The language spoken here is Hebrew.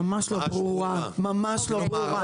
ממש לא ברורה, ממש לא ברורה.